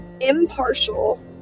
impartial